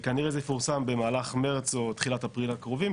כנראה זה יפורסם במהלך מרץ או תחילת אפריל הקרובים,